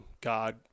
God